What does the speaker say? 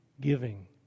giving